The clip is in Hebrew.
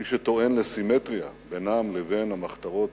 מי שטוען לסימטריה בינם לבין המחתרות,